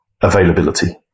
availability